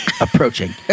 approaching